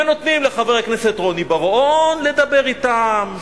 ונותנים לחבר הכנסת רוני בר-און לדבר אתם,